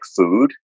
food